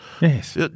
Yes